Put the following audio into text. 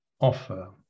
offer